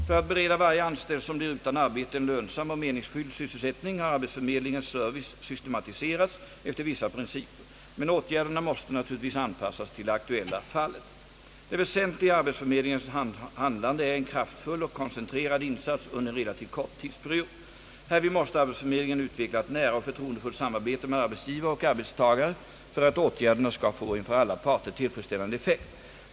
För att bereda varje anställd som blir utan arbete en lönsam och meningsfylld sysselsättning har arbetsförmedlingens service systematiserats efter vissa principer, men åtgärderna måste naturligtvis anpassas till det aktuella fallet. Det väsentliga i arbetsförmedlingens handlande är en kraftfull och koncentrerad insats under en relativt kort tidsperiod. Härvid måste arbetsförmedlingen utveckla ett nära och förtroendefullt samarbete med arbetsgivare och arbetstagare för att åtgärderna skall få en för alla parter tillfredsställande effekt.